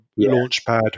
launchpad